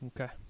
Okay